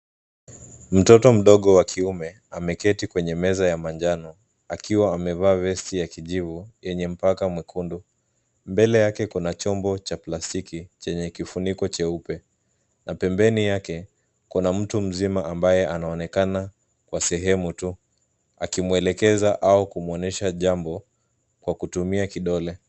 Mtoto mdogo wa kiume ameketi kwenye meza ya manjano akiwa amevaa vesti ya kijivu yenye mpaka mwekundu. Mbele yake kuna chombo cha plastiki chenye kifuniko cheupe na pembeni yake, kuna mtu mzima ambaye anaonekana kwa sehemu tu akimuelekeza au kumwonesha jambo kwa kutumia kidole.